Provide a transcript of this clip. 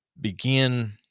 begin